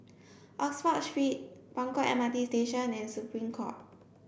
Oxford Street Buangkok MRT Station and Supreme Court